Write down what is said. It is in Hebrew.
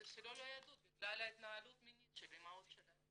אז יפסלו לו את היהדות בגלל ההתנהלות המינית של האימהות שלו,